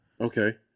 Okay